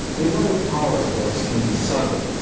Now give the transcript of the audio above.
emotive power of books can be subtle.